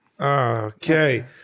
Okay